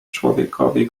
człowiekowi